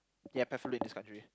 ya preferably this country